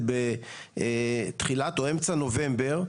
אדוני היו"ר,